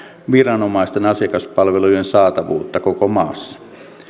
viranomaisten asiakaspalvelujen saatavuutta koko maassa